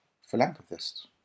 philanthropists